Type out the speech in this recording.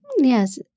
Yes